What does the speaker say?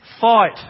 fight